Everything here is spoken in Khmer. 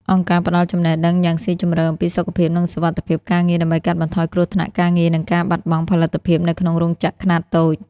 អង្គការផ្ដល់ចំណេះដឹងយ៉ាងស៊ីជម្រៅអំពីសុខភាព និងសុវត្ថិភាពការងារ ដើម្បីកាត់បន្ថយគ្រោះថ្នាក់ការងារ និងការបាត់បង់ផលិតភាពនៅក្នុងរោងចក្រខ្នាតតូច។